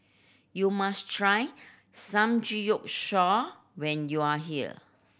you must try Samgeyopsal when you are here